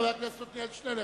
חבר הכנסת עתניאל שנלר,